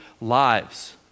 lives